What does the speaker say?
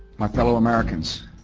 my fellow americans,